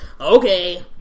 okay